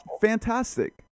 fantastic